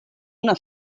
una